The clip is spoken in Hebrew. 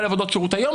עבודות שירות היום,